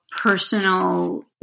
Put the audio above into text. personal